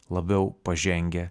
labiau pažengę